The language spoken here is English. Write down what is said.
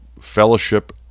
fellowship